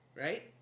right